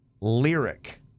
lyric